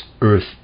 earth